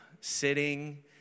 sitting